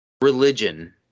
religion